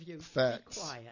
facts